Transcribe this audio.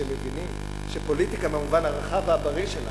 שהם מבינים שפוליטיקה במובן הרחב והבריא שלה,